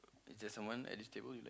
is there someone at this table